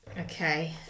okay